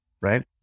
right